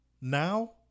now